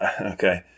okay